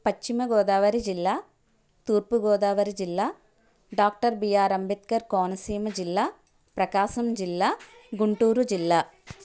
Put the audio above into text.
పశ్చిమ గోదావరి జిల్లా తూర్పు గోదావరి జిల్లా డాక్టర్ బిఆర్ అంబేద్కర్ కోనసీమ జిల్లా ప్రకాశం జిల్లా గుంటూరు జిల్లా